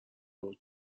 بود